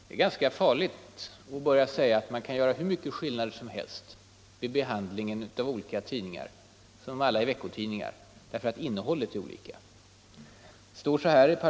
Det är ganska farligt att säga att man vid behandlingen av olika tidningar, som alla är veckotidningar, kan göra skillnad mellan dem därför att ”innehållet” är olika.